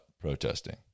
protesting